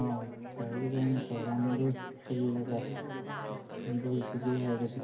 ꯑꯧ ꯇꯧꯒꯗꯝꯅꯤ ꯄ꯭ꯔꯣꯒꯥꯝꯗꯨ ꯁꯤꯜꯂꯒ ꯀꯝꯗꯧꯁꯤꯒꯦ ꯍꯥꯏꯕꯗꯣ